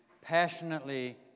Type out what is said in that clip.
passionately